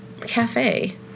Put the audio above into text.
cafe